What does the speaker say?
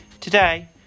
Today